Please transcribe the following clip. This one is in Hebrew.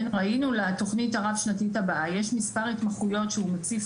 ראינו שלתוכנית הרב-שנתית הבאה יש מספר התמחויות שהוא מציף